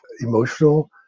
emotional